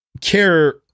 care